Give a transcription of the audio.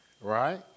right